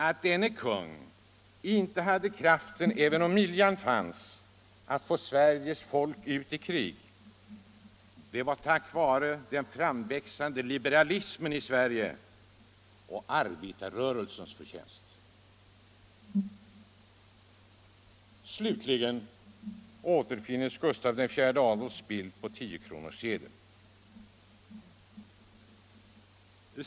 Att denne kung inte hade kraften — även om vilja fanns — att få Sverige och dess folk ut i krig var den framväxande liberalismens och arbetarrörelsens förtjänst. Slutligen återfinns Gustaf VI Adolfs bild på 10-kronorssedeln.